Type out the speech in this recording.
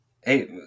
Hey